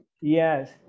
Yes